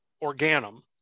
organum